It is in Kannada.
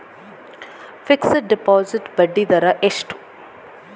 ಫಿಕ್ಸೆಡ್ ಡೆಪೋಸಿಟ್ ಬಡ್ಡಿ ದರ ಎಷ್ಟು?